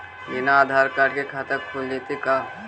बिना आधार कार्ड के खाता खुल जइतै का?